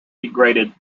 degraded